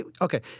Okay